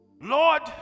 Lord